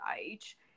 age